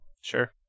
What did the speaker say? Sure